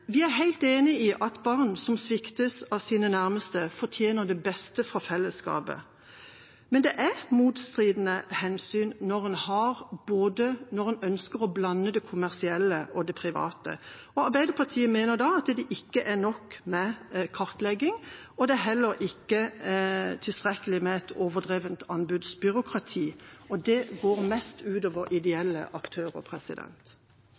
Vi er helt enig i at barn som sviktes av sine nærmeste, fortjener det beste fra fellesskapet, men det er motstridende hensyn når en ønsker å blande det offentlige med det kommersielle, private. Arbeiderpartiet mener da at det ikke er nok med kartlegging, og det er heller ikke tilstrekkelig med et overdrevet anbudsbyråkrati. Det går mest